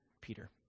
Peter